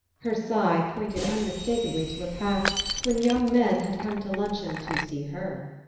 her sigh pointed unmistakably to a past when young men had come to luncheon to see her.